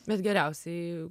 bet geriausiai